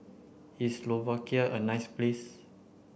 is Slovakia a nice place